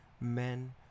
men